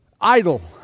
idle